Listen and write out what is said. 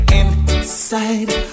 inside